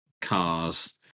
cars